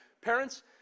parents